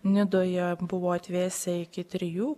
nidoje buvo atvėsę iki trijų